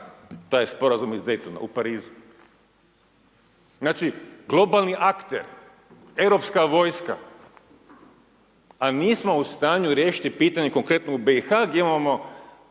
taj Sporazum iz Daytona u Parizu. Znači, globalni akter, europska vojska, a nismo u stanju riješiti pitanje konkretno u BiH gdje imamo